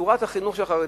בצורת החינוך של החרדים,